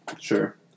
Sure